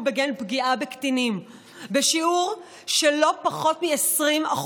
בגין פגיעה בקטינים בשיעור של לא פחות מ-20%.